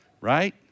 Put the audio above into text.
right